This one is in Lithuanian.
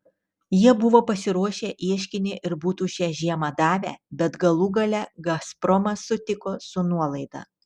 jie buvo pasiruošę ieškinį ir būtų šią žiemą davę bet galų gale gazpromas sutiko su nuolaida